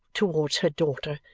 towards her daughter,